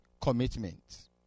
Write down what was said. commitment